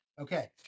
Okay